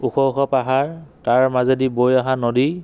ওখ ওখ পাহাৰ তাৰ মাজেদি বৈ অহা নদী